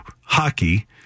hockey